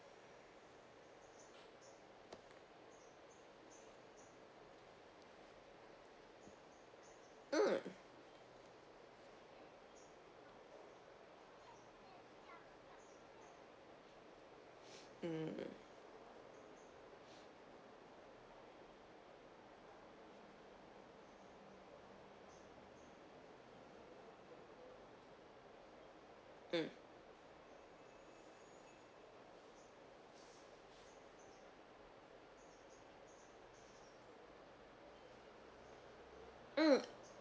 mm mm mm mm